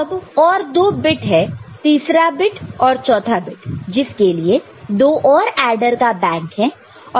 अब और दो बिट है तीसरा बिट और चौथा बिट जिसके लिए दो और एडर का बैंक है